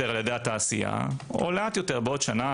על ידי התעשייה או לאט יותר בעוד שנה,